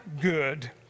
good